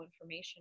information